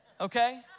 Okay